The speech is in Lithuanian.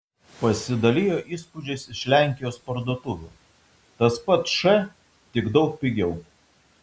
pasidalijo įspūdžiais iš lenkijos parduotuvių tas pats š tik daug pigiau